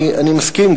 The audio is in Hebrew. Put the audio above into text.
אני מסכים,